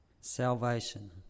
Salvation